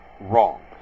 wrong